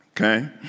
Okay